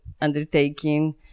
undertaking